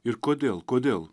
ir kodėl kodėl